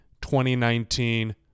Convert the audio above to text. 2019